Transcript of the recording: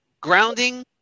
Grounding